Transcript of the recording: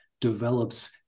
develops